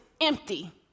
empty